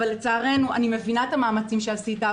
אני מבינה את המאמצים שעשית,